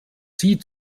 sie